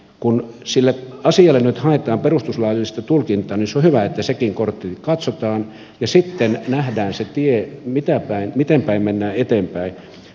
kun sille asialle nyt haetaan perustuslaillista tulkintaa niin se on hyvä että sekin kortti katsotaan ja sitten nähdään se tie miten päin mennään eteenpäin